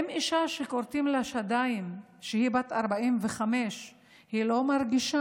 האם אישה בת 45 שכורתים לה שדיים לא מרגישה,